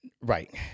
right